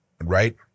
right